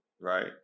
right